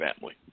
family